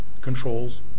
controls